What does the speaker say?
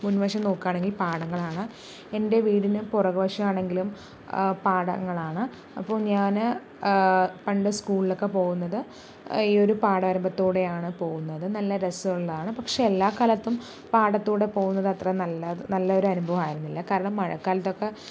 മുൻവശം നോക്കാണെങ്കിൽ പാടങ്ങളാണ് എൻ്റെ വീടിന് പുറകുവശം ആണെങ്കിലും പാടങ്ങളാണ് അപ്പോൾ ഞാന് പണ്ട് സ്കൂളിലൊക്കെ പോവുന്നത് ഈ ഒരു പാട വരമ്പത്ത്കൂടിയാണ് പോവുന്നത് നല്ല രസമുള്ളതാണ് പക്ഷേ എല്ലാ കാലത്തും പാടത്ത് കൂടെ പോവുന്നതത്ര നല്ല നല്ല ഒരു അനുഭവം ആയിരുന്നില്ല കാരണം മഴക്കാലത്തൊക്കെ